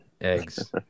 eggs